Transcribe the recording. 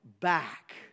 back